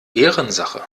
ehrensache